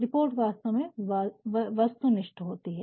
report वास्तव में वस्तुनिष्ठ होती है